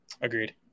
Agreed